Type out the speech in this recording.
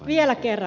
vielä kerran